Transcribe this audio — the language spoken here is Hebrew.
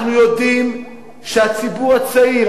אנחנו יודעים שהציבור הצעיר,